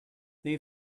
they